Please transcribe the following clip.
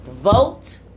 vote